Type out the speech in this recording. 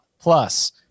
Plus